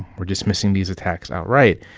were dismissing these attacks outright.